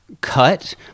cut